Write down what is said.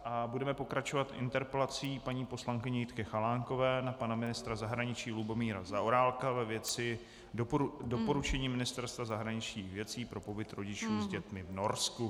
A budeme pokračovat interpelací paní poslankyně Jitky Chalánkové na pana ministra zahraničí Lubomíra Zaorálka ve věci doporučení Ministerstva zahraničních věcí pro pobyt rodičů s dětmi v Norsku.